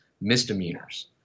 misdemeanors